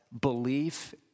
belief